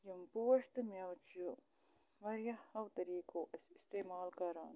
یِم پوش تہٕ مٮ۪وٕ چھِ واریاہو طٔریٖقو أسۍ استعمال کَران